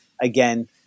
again